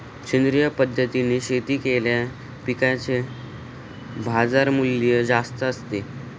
सेंद्रिय पद्धतीने शेती केलेल्या पिकांचे बाजारमूल्य जास्त असते